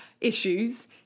issues